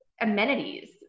amenities